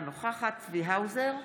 אינה נוכחת צבי האוזר,